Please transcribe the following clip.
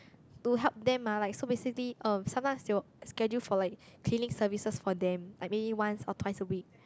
to help them ah like so basically uh sometimes they will schedule for like cleaning services for them like maybe once or twice a week